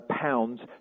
pounds